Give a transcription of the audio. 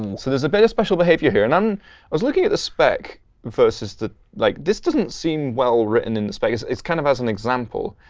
and so there's a bit of special behavior here. and um i was looking at the spec versus the like this doesn't seem well written in the space. it's kind of as an example.